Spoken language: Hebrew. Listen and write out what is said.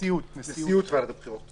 נשיאות ועדת הבחירות.